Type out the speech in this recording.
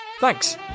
Thanks